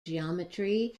geometry